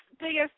biggest